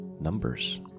Numbers